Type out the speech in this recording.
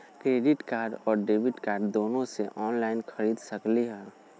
Credit card और debit card दोनों से ऑनलाइन खरीद सकली ह?